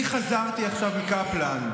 אני חזרתי עכשיו מקפלן.